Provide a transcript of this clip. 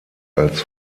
als